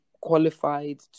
qualified